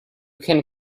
can